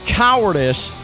cowardice